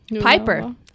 Piper